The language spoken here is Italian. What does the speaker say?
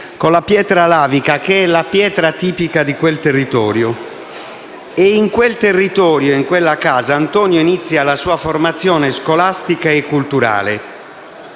con la pietra lavica, che è la pietra tipica di quel territorio. In quel territorio e in quella casa Antonio inizia la sua formazione scolastica e culturale.